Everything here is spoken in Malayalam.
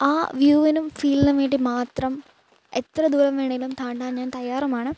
ആ വ്യൂവിനും ഫീലിനും വേണ്ടി മാത്രം എത്ര ദൂരം വേണേലും താണ്ടാൻ ഞാൻ തയ്യാറുമാണ്